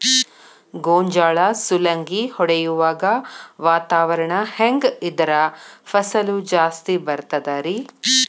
ಗೋಂಜಾಳ ಸುಲಂಗಿ ಹೊಡೆಯುವಾಗ ವಾತಾವರಣ ಹೆಂಗ್ ಇದ್ದರ ಫಸಲು ಜಾಸ್ತಿ ಬರತದ ರಿ?